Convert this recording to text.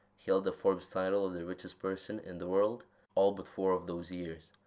he held the forbes title of the richest person in the world all but four of those years.